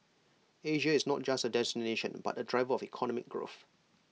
Asia is not just A destination but A driver of economic growth